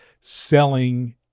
selling